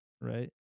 Right